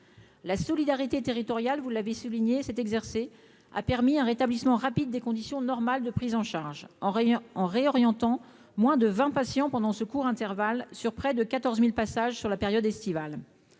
la solidarité territoriale, vous l'avez souligné cette exercer a permis un rétablissement rapide des conditions normales de prise en charge en rayon en réorientant moins de 20 patients pendant ce court intervalle sur près de 14000 passages sur la période estivale,